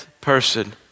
person